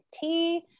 tea